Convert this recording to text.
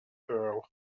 earl